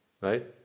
Right